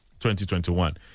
2021